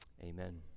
Amen